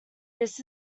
this